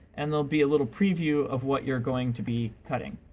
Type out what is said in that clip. and there'll be a little preview of what you're going to be cutting.